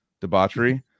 debauchery